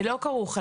ולא כרוך,